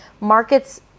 markets